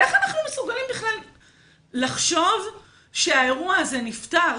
איך אנחנו מסוגלים בכלל לחשוב שהאירוע הזה נפטר,